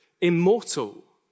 immortal